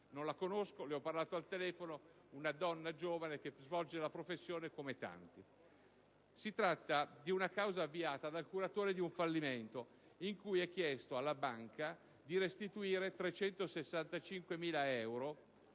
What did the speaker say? non conosco ed a cui ho parlato per telefono; una donna giovane che svolge la professione come tanti. Si tratta di una causa avviata dal curatore di un fallimento in cui è chiesto alla banca stessa di restituire 365.000 euro,